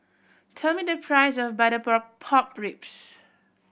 tell me the price of butter pork ribs